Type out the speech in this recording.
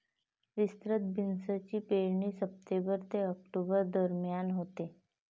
विस्तृत बीन्सची पेरणी सप्टेंबर ते ऑक्टोबर दरम्यान होते